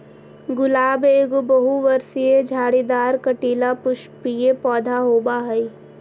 गुलाब एगो बहुवर्षीय, झाड़ीदार, कंटीला, पुष्पीय पौधा होबा हइ